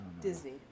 Disney